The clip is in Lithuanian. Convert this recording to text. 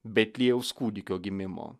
betliejaus kūdikio gimimo